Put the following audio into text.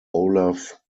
olaf